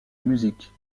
musique